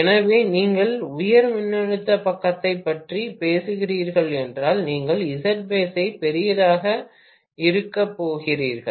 எனவே நீங்கள் உயர் மின்னழுத்த பக்கத்தைப் பற்றி பேசுகிறீர்கள் என்றால் நீங்கள் Zbase ஐ பெரிதாக இருக்கப் போகிறீர்கள்